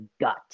gut